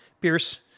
Pierce